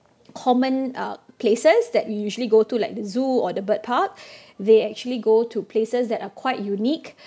common uh places that we usually go to like the zoo or the bird park they actually go to places that are quite unique